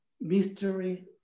mystery